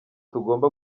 tugomba